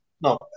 no